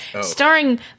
Starring